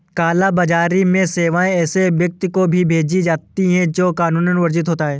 काला बाजारी में सेवाएं ऐसे व्यक्ति को भी बेची जाती है, जो कानूनन वर्जित होता हो